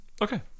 okay